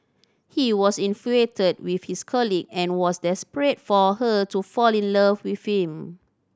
he was infatuated with his colleague and was desperate for her to fall in love with him